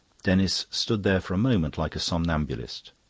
denis stood there for a moment like a somnambulist.